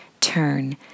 turn